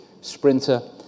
sprinter